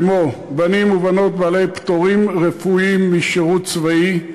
כמו בנים ובנות בעלי פטורים רפואיים משירות צבאי.